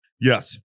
Yes